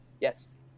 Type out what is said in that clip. Yes